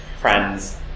friends